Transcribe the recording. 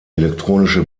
elektronische